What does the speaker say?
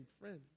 friends